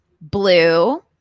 blue